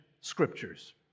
scriptures